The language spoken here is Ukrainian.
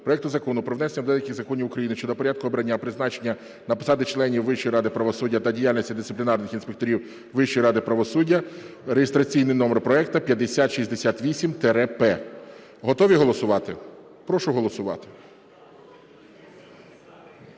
проекту Закону "Про внесення до деяких законів України щодо порядку обрання (призначення) на посади членів Вищої ради правосуддя та діяльності дисциплінарних інспекторів Вищої ради правосуддя" (реєстраційний номер проекту 5068-П). Готові голосувати? Прошу голосувати.